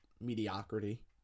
mediocrity